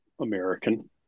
American